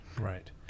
Right